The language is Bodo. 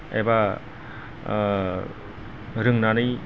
एबा रोंनानै